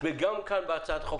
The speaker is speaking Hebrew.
וגם כאן בהצעת החוק